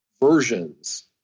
versions